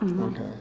Okay